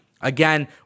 Again